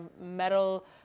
metal